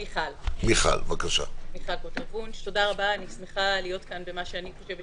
אני שמחה להיות כאן במה שאני חושבת